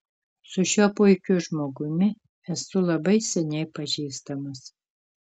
su šiuo puikiu žmogumi esu labai seniai pažįstamas